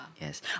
Yes